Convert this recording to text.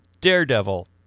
Daredevil